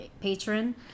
patron